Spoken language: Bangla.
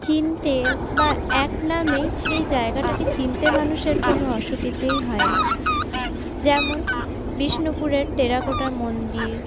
চিনতে বা এক নামেই সেই জায়গাটাকে চিনতে মানুষের কোনো অসুবিধেই হয় না যেমন বিষ্ণুপুরের টেরাকোটা মন্দির